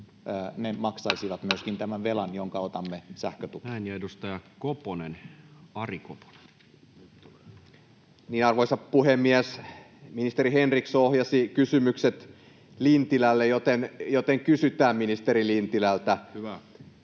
koputtaa] myöskin tämän velan, jonka otamme sähkötukeen? Näin. — Ja edustaja Koponen, Ari. Arvoisa puhemies! Ministeri Henriksson ohjasi kysymykset Lintilälle, joten kysytään ministeri Lintilältä. [Mika